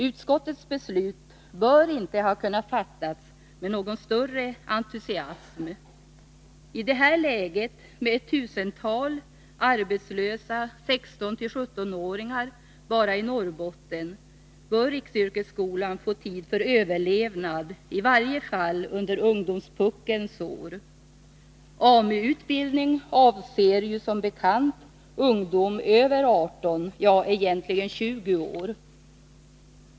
Utskottets beslut bör inte ha kunnat fattas med någon större entusiasm. I det här läget med tusentalet arbetslösa 16-17-åringar bara i Norrbotten bör riksyrkesskolan få tid för överlevnad, i varje fall under ungdomspuckelns år. AMDU-utbildning avser som bekant ungdom över 18 år, ja, egentligen 20 år.